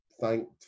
thanked